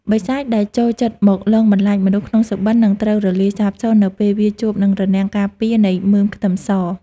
បិសាចដែលចូលចិត្តមកលងបន្លាចមនុស្សក្នុងសុបិននឹងត្រូវរលាយសាបសូន្យនៅពេលវាជួបនឹងរនាំងការពារនៃមើមខ្ទឹមស។